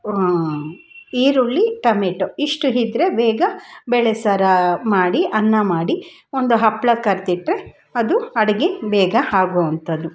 ಈರುಳ್ಳಿ ಟಮೆಟೊ ಇಷ್ಟು ಇದ್ರೆ ಬೇಗ ಬೇಳೆ ಸಾರು ಮಾಡಿ ಅನ್ನ ಮಾಡಿ ಒಂದು ಹಪ್ಪಳ ಕರೆದಿಟ್ರೆ ಅದು ಅಡಿಗೆ ಬೇಗ ಆಗೋವಂಥದ್ದು